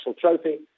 trophy